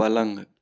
पलंग